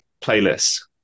Playlists